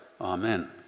Amen